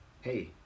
hey